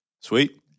Sweet